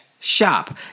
Shop